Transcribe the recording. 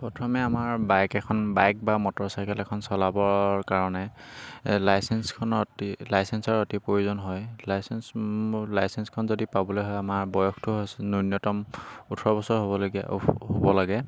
প্ৰথমে আমাৰ বাইক এখন বাইক বা মটৰচাইকেল এখন চলাবৰ কাৰণে লাইচেঞ্চখনৰ অতি লাইচেঞ্চৰ অতি প্ৰয়োজন হয় লাইচেঞ্চ লাইচেঞ্চখন যদি পাবলৈ হয় আমাৰ বয়সটো হৈছে নূন্যতম ওঠৰ বছৰ হ'বলগীয়া হ'ব লাগে